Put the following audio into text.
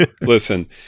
Listen